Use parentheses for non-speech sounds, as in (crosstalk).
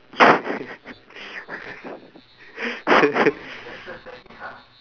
(laughs)